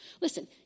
Listen